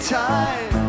time